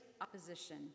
opposition